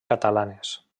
catalanes